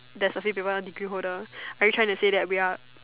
there's a few people degree holder are you trying to say that we are